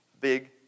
Big